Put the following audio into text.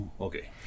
Okay